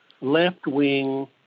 left-wing